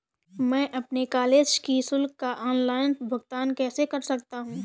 मैं अपने कॉलेज की शुल्क का ऑनलाइन भुगतान कैसे कर सकता हूँ?